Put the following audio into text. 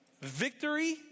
victory